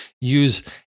use